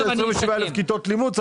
ובגלל שעכשיו הם מכיתה ט' לא לומדים לימודי